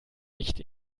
nicht